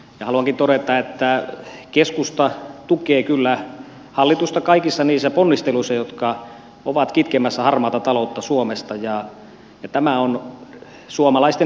haluankin todeta että keskusta tukee kyllä hallitusta kaikissa niissä ponnisteluissa jotka ovat kitkemässä harmaata taloutta suomesta ja tämä on suomalaisten yrittäjienkin etu